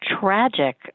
tragic